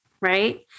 Right